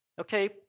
Okay